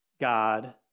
God